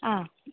हा